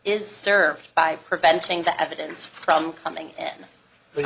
is served by preventing the evidence from coming at the